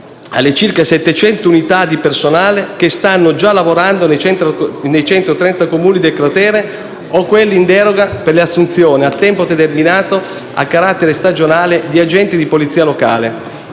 alle circa 700 unità di personale che stanno già lavorando nei 130 Comuni del cratere o quelli in deroga per le assunzioni a tempo determinato a carattere stagionale di agenti di polizia locale,